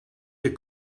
ihr